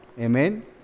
Amen